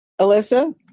Alyssa